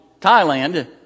Thailand